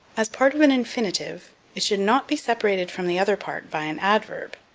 as part of an infinitive it should not be separated from the other part by an adverb,